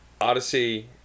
Odyssey